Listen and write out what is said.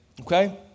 Okay